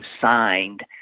signed